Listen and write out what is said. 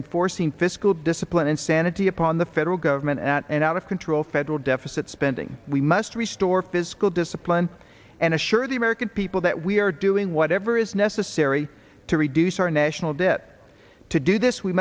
in forcing fiscal discipline and sanity upon the federal government and out of control federal deficit spending we must restore fiscal discipline and assure the american people that we are doing what i is necessary to reduce our national debt to do this we